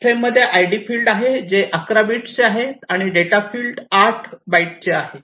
फ्रेममध्ये ID field आहे जे 11 बिट्सचे आहे आणि डेटा फील्ड 8 बाइटचे आहे